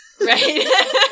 right